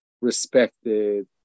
respected